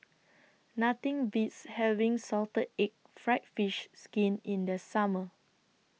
Nothing Beats having Salted Egg Fried Fish Skin in The Summer